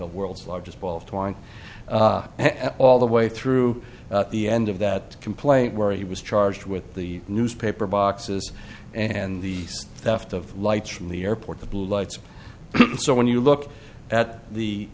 the world's largest ball of twine all the way through the end of that complaint where he was charged with the newspaper boxes and the left of lights from the airport the blue lights so when you look at the